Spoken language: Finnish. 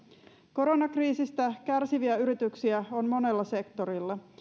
koronakriisistä kärsiviä yrityksiä on monella sektorilla